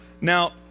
Now